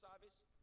service